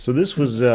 so this was,